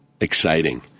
exciting